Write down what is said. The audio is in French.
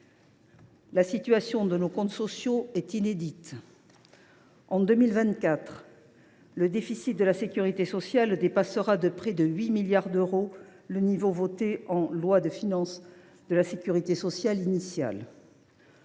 La situation de nos comptes sociaux est inédite. En 2024, le déficit de la sécurité sociale dépassera de près de 8 milliards d’euros le niveau voté dans la loi de finances de la sécurité sociale initiale.